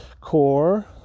Core